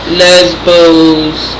lesbos